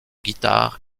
guitare